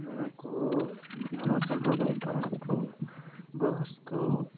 ମନକୁ ନାନା ସମ୍ପ୍ରଦାୟ କାରଣକୁ ବୟସ୍କ